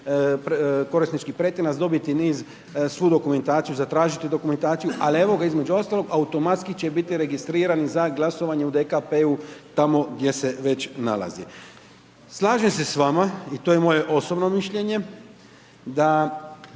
korisnički pretinac dobiti niz svu dokumentaciju zatražiti dokumentaciju, ali evo, između ostalog, automatski će biti registriran, za glasovanje u DKP-u, tamo gdje se već nalazi. Slažem se s vama i to je moje osobno mišljenje, da